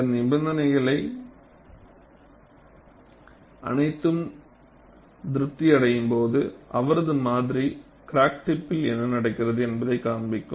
இந்த நிபந்தனைகள் அனைத்தும் திருப்தி அடையும்போது அவரது மாதிரி கிராக் டிப்பில் என்ன நடக்கிறது என்பதை காண்பிக்கும்